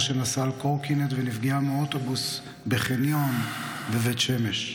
שנסעה על קורקינט ונפגעה מאוטובוס בחניון בבית שמש.